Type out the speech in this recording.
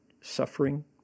suffering